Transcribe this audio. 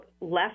left